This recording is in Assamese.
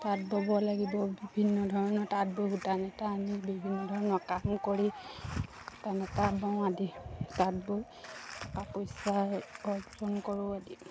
তাঁত বব লাগিব বিভিন্ন ধৰণৰ তাঁত বৈ আনি বিভিন্ন ধৰণৰ কাম কৰি তেনেকৈ বওঁ আদি তাঁত বৈ টকা পইচা অৰ্জন কৰোঁ আদি